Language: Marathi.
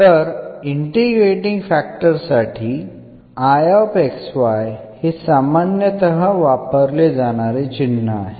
तर इंटिग्रेटींग फॅक्टर साठी हे सामान्यतः वापरले जाणारे चिन्ह आहे